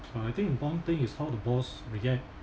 but I think important thing is how the boss react